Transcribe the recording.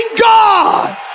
God